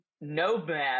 nomad